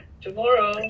Tomorrow